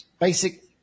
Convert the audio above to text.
Basic